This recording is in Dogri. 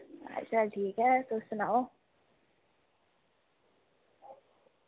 हाल चाल ठीक ऐ तुस सनाओ